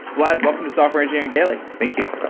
vlad, welcome to software engineering daily thank you.